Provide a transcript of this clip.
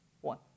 one